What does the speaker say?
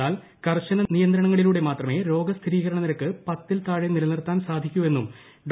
എന്നാൽ കർശന നിയന്ത്രണങ്ങളിലൂടെ മാത്രമേ രോഗസ്ഥിരീകരണ നിരക്ക് പത്തിൽ താഴെ നിലനിർത്താൻ സാധിക്കുകയുള്ളൂ എന്നും ഡോ